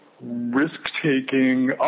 risk-taking